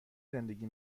زندگی